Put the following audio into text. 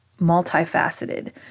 multifaceted